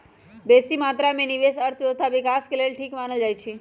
बेशी मत्रा में निवेश अर्थव्यवस्था विकास के लेल ठीक मानल जाइ छइ